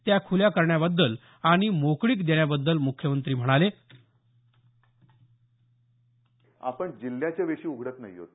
त्या खुल्या करण्याबद्दल आणि मोकळीक देण्याबद्दल मुख्यमंत्री म्हणाले आपण जिल्ह्याच्या वेशी उघडत नाही आहोत